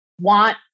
want